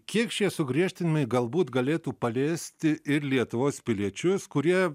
kiek šie sugriežtinimai galbūt galėtų paliesti ir lietuvos piliečius kurie